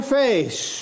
face